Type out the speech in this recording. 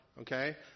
Okay